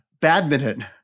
badminton